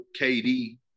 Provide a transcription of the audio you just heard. KD